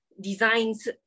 designs